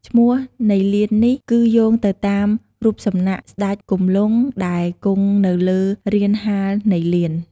ឈ្មោះនៃលាននេះគឺយោងទៅតាមរូបសំណាក់ស្តេចគំលង់ដែលគង់នៅលើរានហាលនៃលាន។